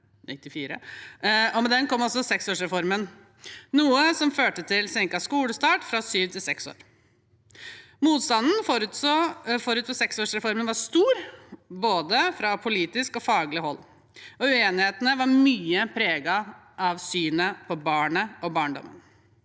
og med den kom altså seksårsreformen, noe som førte til senket skolestart, fra syv til seks år. Motstanden forut for seksårsreformen var stor, fra både politisk og faglig hold, og uenighetene var mye preget av synet på barnet og barndommen.